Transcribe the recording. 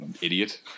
idiot